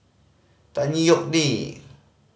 Tan Yeok Nee